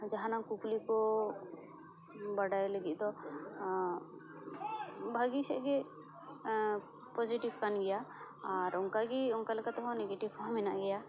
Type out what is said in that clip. ᱡᱟᱦᱟᱸᱱᱟᱜ ᱠᱩᱠᱞᱤ ᱠᱚ ᱵᱟᱰᱟᱭ ᱞᱟᱹᱜᱤᱫ ᱫᱚ ᱵᱷᱟᱹᱜᱤ ᱥᱮᱫ ᱜᱮ ᱯᱚᱡᱮᱴᱤᱵ ᱠᱟᱱ ᱜᱮᱭᱟ ᱟᱨ ᱚᱱᱠᱟᱜᱮ ᱚᱱᱠᱟ ᱞᱮᱠᱟ ᱛᱮᱦᱚᱸ ᱱᱮᱜᱮᱴᱤᱵ ᱦᱚᱸ ᱢᱮᱱᱟᱜ ᱜᱮᱭᱟ